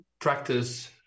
practice